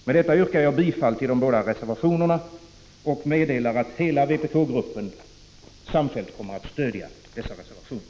Med detta yrkar jag bifall till de båda reservationerna och meddelar att hela vpk-gruppen samfällt kommer att stödja dessa reservationer.